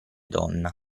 donna